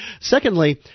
Secondly